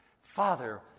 Father